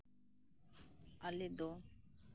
ᱟᱞᱮ ᱫᱚ